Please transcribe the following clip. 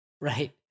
Right